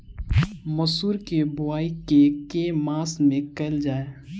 मसूर केँ बोवाई केँ के मास मे कैल जाए?